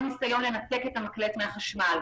כל ניסיון לנתק את המקלט מהחשמל.